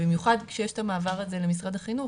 במיוחד כשיש את המעבר הזה למשרד החינוך,